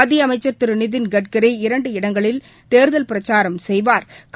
மத்திய அமைச்சா் திரு நிதின்கட்கரி இரண்டு இடங்களில் தோ்தல் பிரச்சாரம் செய்வாா்